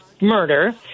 murder